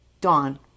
Dawn